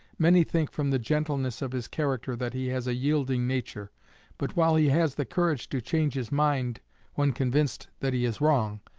many think from the gentleness of his character that he has a yielding nature but while he has the courage to change his mind when convinced that he is wrong,